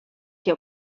que